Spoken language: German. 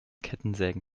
kettensägen